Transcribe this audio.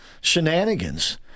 shenanigans